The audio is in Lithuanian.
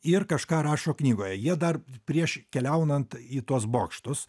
ir kažką rašo knygoje jie dar prieš keliaunant į tuos bokštus